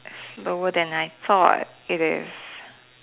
slower than I thought it is